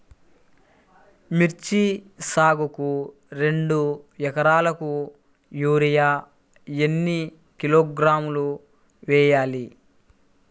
మిర్చి సాగుకు రెండు ఏకరాలకు యూరియా ఏన్ని కిలోగ్రాములు వేయాలి?